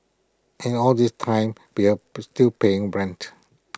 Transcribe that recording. and all this time we are puts still paying rent